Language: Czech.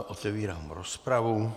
Otevírám rozpravu.